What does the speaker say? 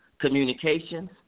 Communications